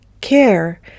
care